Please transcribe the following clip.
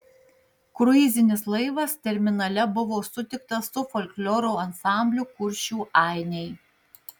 kruizinis laivas terminale buvo sutiktas su folkloro ansambliu kuršių ainiai